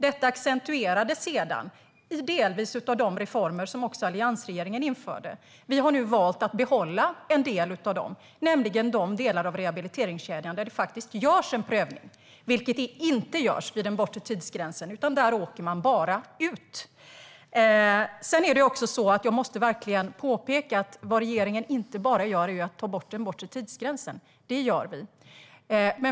Detta accentuerades sedan delvis av de reformer som också alliansregeringen införde. Vi har nu valt att behålla en del av dem, nämligen de delar av rehabiliteringskedjan där det faktiskt görs en prövning. Det görs inte vid den bortre tidsgränsen, utan där åker man bara ut. Jag måste verkligen påpeka att regeringen inte bara tar bort den bortre tidsgränsen.